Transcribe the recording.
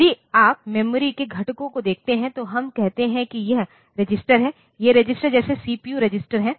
यदि आप मेमोरी के घटकों को देखते हैं तो हम कहते हैं कि यह रजिस्टर है ये रजिस्टर जैसे सीपीयू रजिस्टर हैं